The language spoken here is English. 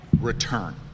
Return